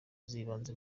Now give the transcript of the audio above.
z’ibanze